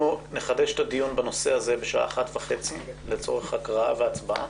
אנחנו נחדש את הדיון בנושא הזה בשעה 13:30 לצורך הקראה והצבעה.